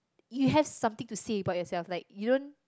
you have something to say about yourself like you don't